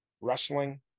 wrestling